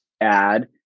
add